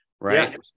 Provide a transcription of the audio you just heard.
right